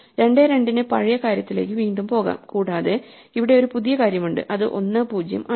2 2 ന് പഴയ കാര്യത്തിലേക്ക് വീണ്ടും പോകാം കൂടാതെ ഇവിടെ ഒരു പുതിയ കാര്യമുണ്ട് അത് 1 0 ആണ്